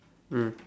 mm